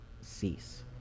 cease